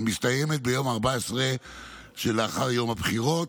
המסתיימת ביום ה-14 שלאחר יום הבחירות,